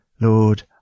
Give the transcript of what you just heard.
Lord